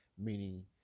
meaning